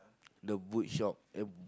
the boot shop eh